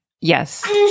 Yes